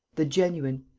the genuine,